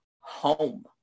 home